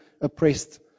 oppressed